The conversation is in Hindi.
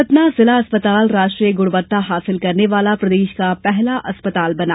सतना जिला अस्पताल राष्ट्रीय गुणवत्ता हासिल करने वाला प्रदेश का पहला अस्पताल बना